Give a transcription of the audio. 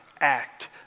act